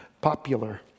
popular